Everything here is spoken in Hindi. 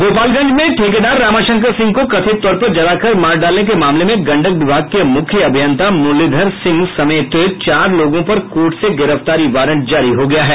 गोपालगंज में ठेकेदार रामाशंकर सिंह को कथित तौर पर जलाकर मार डालने के मामले में गंडक विभाग के मुख्य अभियंता मुरलीधर सिंह समेत चार लोगों पर कोर्ट से गिरफ्तारी वारंट जारी हो गया है